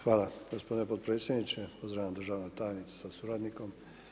Hvala gospodine potpredsjedniče, pozdravljam državnu tajnicu sa suradnikom.